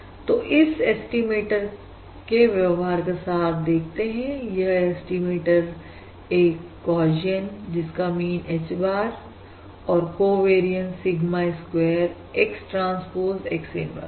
तो इस एस्टीमेटर के व्यवहार का सार देखते हैं यह एस्टिमेटर एक गौशियन जिसका मीन H bar और covariance sigma square X transpose X inverse है